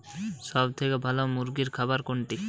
সবথেকে ভালো মুরগির খাবার কোনটি?